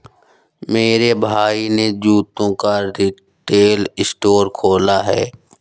मेरे भाई ने जूतों का रिटेल स्टोर खोला है